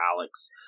Alex